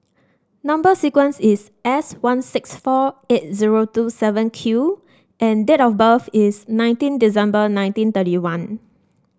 number sequence is S one six four eight zero two seven Q and date of birth is nineteen December nineteen thirty one